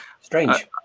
strange